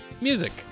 music